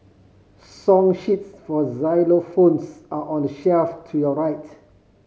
song sheets for xylophones are on the shelf to your rights